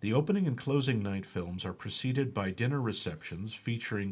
the opening and closing night films are preceded by dinner receptions featuring